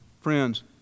Friends